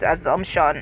assumption